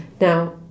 Now